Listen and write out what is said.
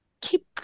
Keep